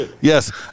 Yes